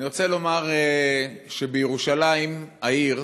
אני רוצה לומר שבירושלים העיר